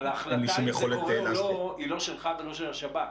אבל ההחלטה אם זה קורה או לא היא לא שלך ולא שלך השב"כ.